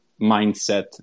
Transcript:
mindset